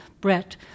Brett